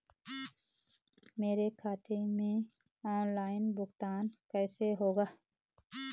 मेरे खाते में ऑनलाइन भुगतान कैसे होगा?